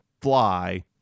fly